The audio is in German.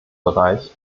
bereich